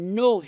no